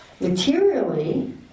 Materially